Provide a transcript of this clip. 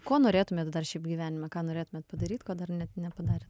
ko norėtumėt dar šiaip gyvenime ką norėtumėt padaryti ko dar nepadarėt